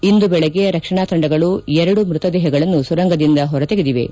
ಇಂದು ಬೆಳಗ್ಗೆ ರಕ್ಷಣಾ ತಂಡಗಳು ಎರಡು ಮ್ಬತ ದೇಹಗಳನ್ನು ಸುರಂಗದಿಂದ ಹೊರತೆಗೆದಿವೆ